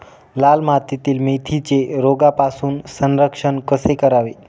लाल मातीतील मेथीचे रोगापासून संरक्षण कसे करावे?